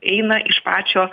eina iš pačio